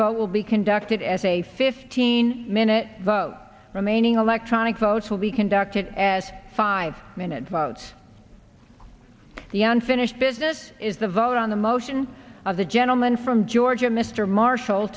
vote will be conducted as a fifteen minute vote remaining electronic votes will be conducted as a five minute vote the unfinished business is the vote on the motion of the gentleman from georgia mr marshall